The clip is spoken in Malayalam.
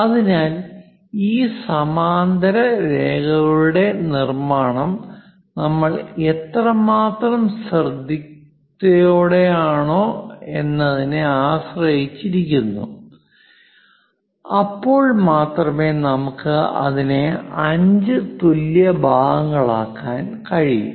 അതിനാൽ ഈ സമാന്തര രേഖകളുടെ നിർമ്മാണം നമ്മൾ എത്രമാത്രം ശ്രദ്ധയോടെയാണ് എന്നതിനെ ആശ്രയിച്ചിരിക്കുന്നു അപ്പോൾ മാത്രമേ നമുക്ക് അതിനെ 5 തുല്യ ഭാഗങ്ങളാക്കാൻ കഴിയൂ